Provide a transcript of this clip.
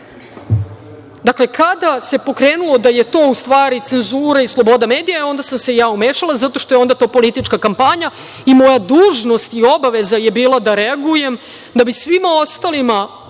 dakle, kada se pokrenulo da je to u stvari cenzura i sloboda medija, e onda sam se ja umešala zato što je to onda politička kampanja i moja dužnost i obaveza je bila da reagujem da bi svima ostalima,